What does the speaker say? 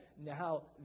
now